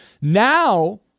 Now